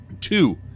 Two